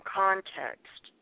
context